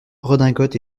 redingotes